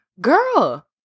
girl